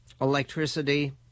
electricity